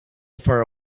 far